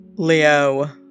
Leo